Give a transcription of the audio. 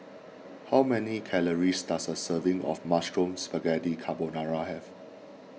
how many calories does a serving of Mushroom Spaghetti Carbonara have